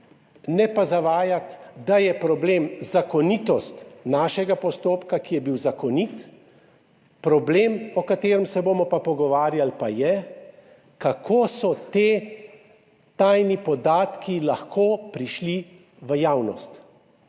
Ne pa zavajati, da je problem zakonitost našega postopka, ki je bil zakonit, problem, o katerem se bomo pa pogovarjali, pa je, kako so ti tajni podatki lahko prišli v javnost.